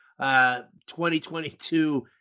2022